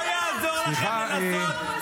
הרס את הכלכלה הישראלית,